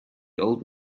old